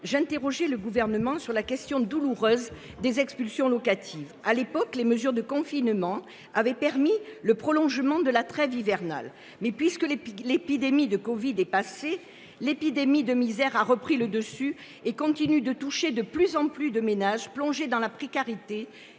j’interrogeais le Gouvernement sur la question douloureuse des expulsions locatives. À l’époque, les mesures de confinement avaient permis le prolongement de la trêve hivernale. L’épidémie de covid 19 étant passée, l’épidémie de misère a repris le dessus : elle continue de toucher de plus en plus de ménages. Pour les ménages plongés dans la précarité,